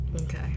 Okay